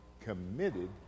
committed